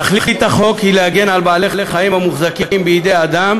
תכלית החוק היא להגן על בעלי-חיים המוחזקים בידי אדם